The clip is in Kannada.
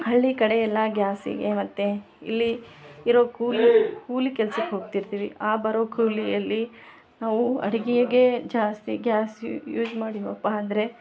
ಹಳ್ಳಿ ಕಡೆಯಲ್ಲ ಗ್ಯಾಸಿಗೆ ಮತ್ತು ಇಲ್ಲಿ ಇರೋ ಕೂಲಿ ಕೂಲಿ ಕೆಲ್ಸಕ್ಕೆ ಹೋಗ್ತಿರ್ತೀವಿ ಆ ಬರೋ ಕೂಲಿಯಲ್ಲಿ ನಾವು ಅಡುಗೆಗೆ ಜಾಸ್ತಿ ಗ್ಯಾಸ್ ಯೂಸ್ ಮಾಡಿವಪ್ಪ ಅಂದರೆ